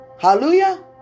Hallelujah